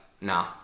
Nah